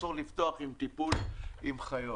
אסור לפתוח טיפול עם חיות.